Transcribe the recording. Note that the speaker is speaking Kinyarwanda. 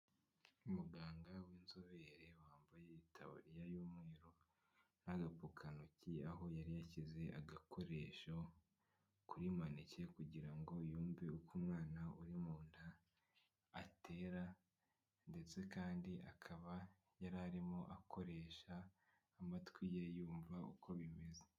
Muganga w'inzobere wambaye itaburiya y'umweru n'agapfukantoki aho yari yashyize agakoresho kuri maneke kugira ngo yumve uko umwana uri mu nda atera ndetse kandi akaba yari arimo akoresha amatwi ye yumva uko bimeze.